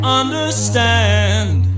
understand